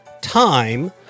time